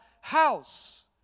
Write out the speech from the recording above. house